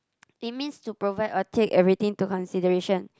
it means to provide or take everything to consideration